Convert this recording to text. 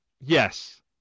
yes